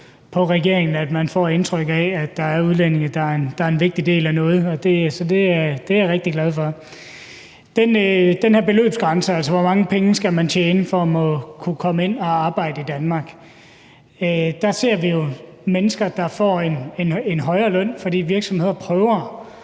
på regeringen, at man får indtryk af, at der er udlændinge, der er en vigtig del af noget, så det er jeg rigtig glad for. I forhold til den her beløbsgrænse – altså hvor mange penge man skal tjene for at kunne komme ind og arbejde i Danmark – ser vi jo mennesker, der får en højere løn, fordi virksomheder prøver